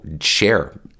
share